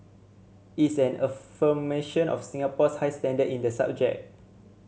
it's an affirmation of Singapore's high standard in the subject